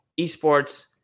esports